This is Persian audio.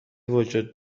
وجود